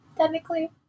technically